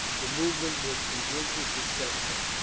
the movement was completely successful.